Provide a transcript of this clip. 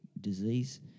disease